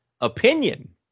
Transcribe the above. opinion